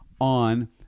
on